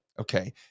okay